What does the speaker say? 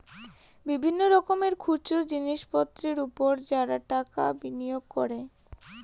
বিভিন্ন রকমের খুচরো জিনিসপত্রের উপর যারা টাকা বিনিয়োগ করে